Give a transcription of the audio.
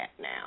now